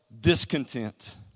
discontent